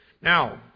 Now